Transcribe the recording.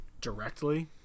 directly